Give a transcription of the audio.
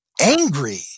angry